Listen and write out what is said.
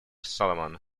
solomon